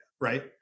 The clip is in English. Right